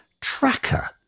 Tracker